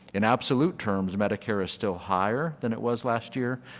in absolute terms, medicare is still higher than it was last year,